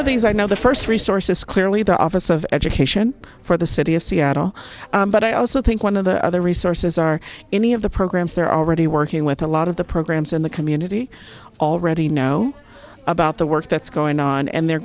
of these are now the first resource is clearly the office of education for the city of seattle but i also think one of the other resources are any of the programs that are already working with a lot of the programs in the munity already know about the work that's going on and they're